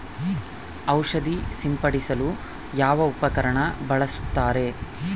ಔಷಧಿ ಸಿಂಪಡಿಸಲು ಯಾವ ಉಪಕರಣ ಬಳಸುತ್ತಾರೆ?